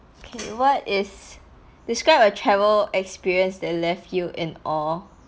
okay what is describe a travel experience they left you in awe